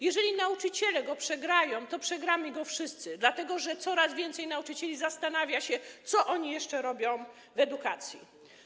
Jeżeli nauczyciele go przegrają, to przegramy go wszyscy, dlatego że coraz więcej nauczycieli zastanawia się nad tym, co oni jeszcze robią w edukacji.